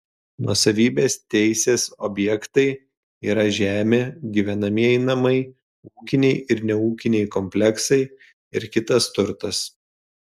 nuosavybės teisės objektai yra žemė gyvenamieji namai ūkiniai ir neūkiniai kompleksai ir kitas turtas